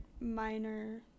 minor